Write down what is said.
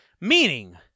Meaning